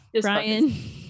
Brian